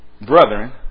brethren